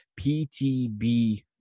PTB